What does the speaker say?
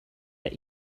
that